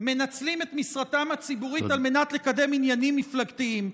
מנצלים את משרתם הציבורית על מנת לקדם עניינים מפלגתיים.